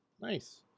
nice